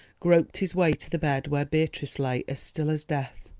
groped his way to the bed where beatrice lay as still as death.